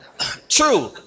true